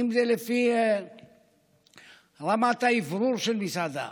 אם זה לפי רמת האוורור של המסעדה,